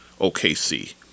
OKC